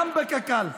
גם בקק"ל,